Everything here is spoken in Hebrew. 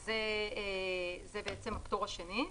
זה הפטור השני.